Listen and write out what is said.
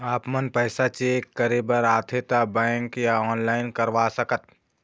आपमन पैसा चेक करे बार आथे ता बैंक या ऑनलाइन करवा सकत?